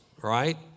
right